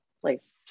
place